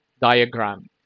diagram